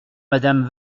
madame